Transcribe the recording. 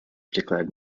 declared